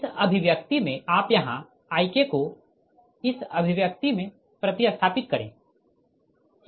इस अभिव्यक्ति में आप यहाँ Ik को इस अभिव्यक्ति में प्रति स्थापित करें